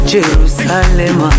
Jerusalem